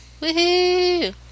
Woohoo